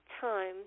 time